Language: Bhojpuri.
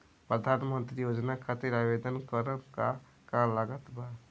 प्रधानमंत्री योजना खातिर आवेदन करम का का लागत बा?